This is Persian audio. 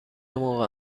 موقع